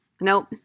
Nope